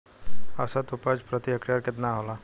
औसत उपज प्रति हेक्टेयर केतना होला?